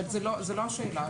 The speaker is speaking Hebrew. זאת לא השאלה.